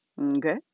Okay